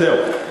זהו.